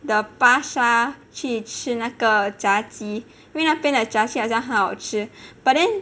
的巴刹去吃那个炸鸡因为那边的炸鸡好像很好吃 but then